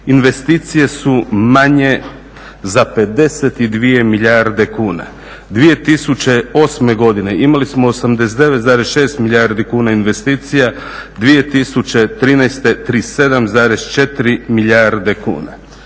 Investicije su manje za 52 milijarde kuna. 2008. godine imali smo 89,6 milijardi kuna investicija, 2013. 37,4 milijarde kuna.